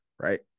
right